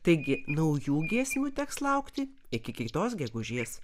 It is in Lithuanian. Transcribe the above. taigi naujų giesmių teks laukti iki kitos gegužės